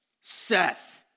Seth